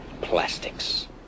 Plastics